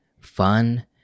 fun